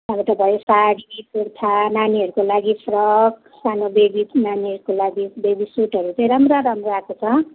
अब त भयो साडी कुर्था नानीहरूको लागि फ्रग सानो बेबी नानीहरूको लागि बेबी सुटहरू चाहिँ राम्र राम्रा आँको छ